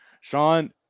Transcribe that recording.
Sean